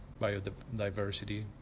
biodiversity